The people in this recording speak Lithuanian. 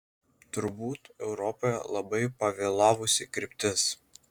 turbūt europoje labai pavėlavusi kryptis